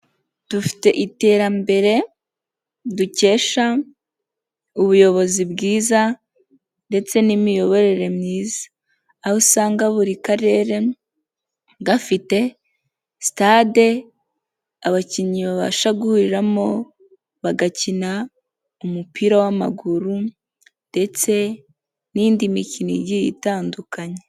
Dufite iterambere, dukesha, ubuyobozi bwiza ndetse n'imiyoborere myiza, aho usanga buri karere, gafite sitade abakinnyi babasha guhuriramo, bagakina umupira w'amaguru ndetse n'indi mikino igiye itandukanye.